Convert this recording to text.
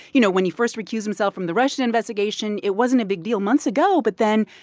you know, when he first recused himself from the russian investigation, it wasn't a big deal months ago. but then,